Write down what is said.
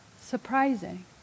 Surprising